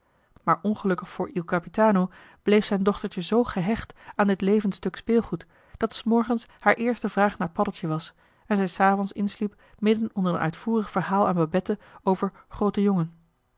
maar ongelukkig voor il capitano bleef zijn dochtertje zoo gehecht aan dit levend stuk speelgoed dat s morgens haar eerste vraag naar paddeltje was en zij s avonds insliep midden onder een uitvoerig verhaal aan babette over